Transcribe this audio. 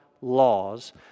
laws